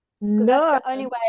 No